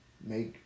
make